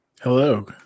Hello